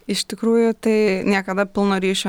iš tikrųjų tai niekada pilno ryšio